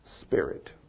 spirit